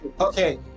Okay